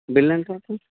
bill ఎంత అవుతుంది